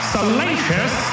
Salacious